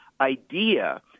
idea